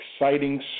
exciting